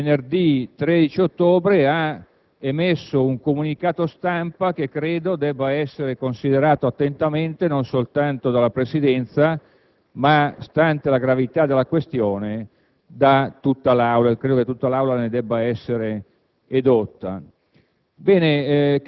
il quale, venerdì 13 ottobre, ha emesso un comunicato stampa che credo debba essere considerato attentamente, non soltanto dalla Presidenza, ma, stante la gravità della questione, da tutta l'Assemblea che quindi ne deve essere edotta.